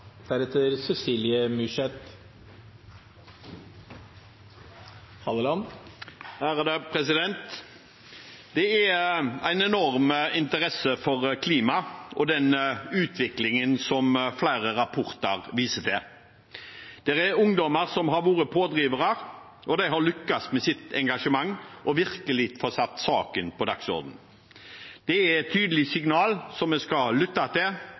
Det er en enorm interesse for klima og den utviklingen som flere rapporter viser til. Det er ungdommer som har vært pådrivere, og de har lykkes med sitt engasjement og virkelig fått satt saken på dagsordenen. Det er et tydelig signal, som vi skal lytte til,